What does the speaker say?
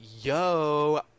yo